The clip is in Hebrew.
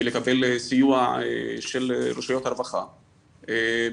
מלקבל סיוע של רשויות הרווחה,